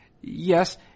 yes